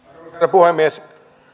puhemies